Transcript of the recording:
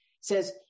says